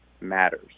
matters